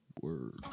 Word